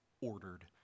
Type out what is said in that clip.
ordered